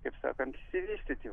taip sakant išsivystyti